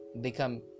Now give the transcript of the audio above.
become